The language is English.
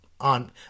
on